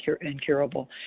incurable